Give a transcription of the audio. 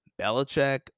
Belichick